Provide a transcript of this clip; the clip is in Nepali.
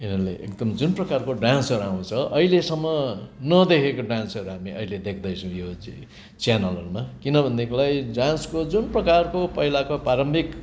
यिनीहरूले एकदम जुन प्रकारको डान्सर आउँछ अहिलेसम्म नदेखेको डान्सहरू हामी अहिले देख्दैछौँ यो च्यान्लहरूमा किनभनेदेखिलाई डान्सको जुन प्रकारको पहिलाको प्रारम्भिक